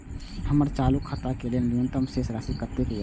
हमर चालू खाता के लेल न्यूनतम शेष राशि कतेक या?